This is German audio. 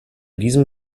diesem